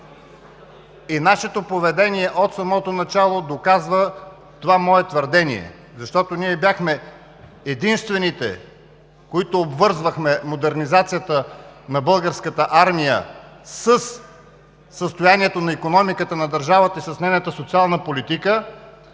И нашето поведение, от самото начало, доказва това мое твърдение, защото ние бяхме единствените, които обвързвахме модернизацията на българската армия със състоянието на икономиката на държавата и с нейната социална политика,